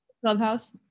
clubhouse